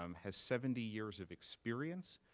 um has seventy years of experience,